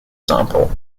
sample